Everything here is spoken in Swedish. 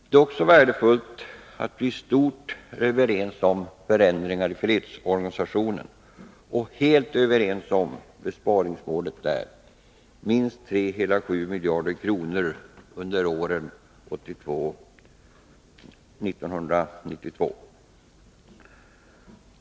Det är också värdefullt att vi i stort är överens om förändringar i fredsorganisationen och helt överens om besparingsmålet där — minst 7,9 miljarder kronor — under åren 1982-1992.